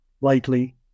lightly